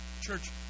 Church